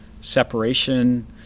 separation